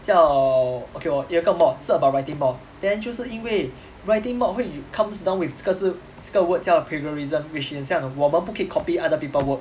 叫 okay 我有一个 mod 是 about writing mod then 就是因为 writing mod 会 comes down with 这个是这个 word 叫 plagiarism which 很像我们不可以 copy other people work